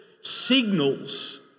signals